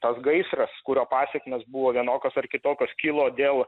tas gaisras kurio pasekmės buvo vienokios ar kitokios kilo dėl